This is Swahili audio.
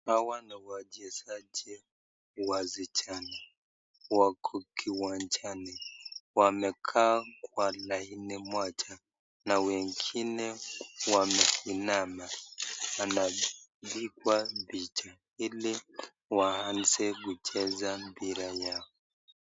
Hawa ni wachezaji wasichana wako kiwanjani wamekaa kwa laini moja na wengine wameinama wanapigwa picha ili waanze kucheza mpira yao.